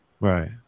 Right